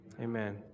Amen